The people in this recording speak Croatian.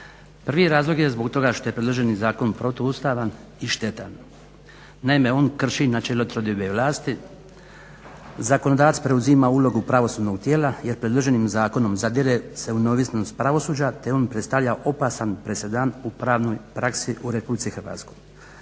Prvi razlog je zbog toga što je predloženi zakon protuustavan i štetan. Naime, on krši načelo trodiobe vlasti, zakonodavac preuzima ulogu pravosudnog tijela jer predloženim zakonom zadire se u neovisnost pravosuđa te on predstavlja opasan presedan u pravnoj praksi u RH. Ovaj